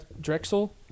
Drexel